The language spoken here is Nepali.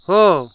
हो